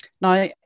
Now